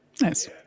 Nice